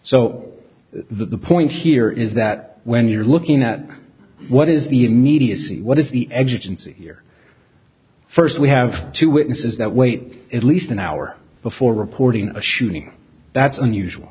so the point here is that when you're looking at what is the immediacy what is the edge and see here first we have two witnesses that wait at least an hour before reporting a shooting that's unusual